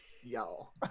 y'all